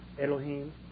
Elohim